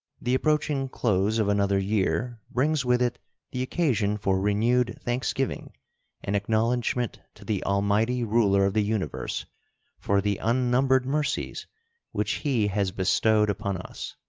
the approaching close of another year brings with it the occasion for renewed thanksgiving and acknowledgment to the almighty ruler of the universe for the unnumbered mercies which he has bestowed upon us.